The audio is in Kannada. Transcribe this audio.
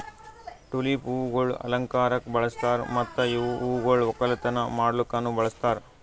ಟುಲಿಪ್ ಹೂವುಗೊಳ್ ಅಲಂಕಾರಕ್ ಬಳಸ್ತಾರ್ ಮತ್ತ ಇವು ಹೂಗೊಳ್ ಒಕ್ಕಲತನ ಮಾಡ್ಲುಕನು ಬಳಸ್ತಾರ್